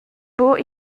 buc